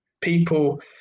people